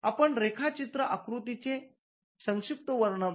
आपण रेखाचित्र आकृती १ चे संक्षिप्त वर्णन पाहिले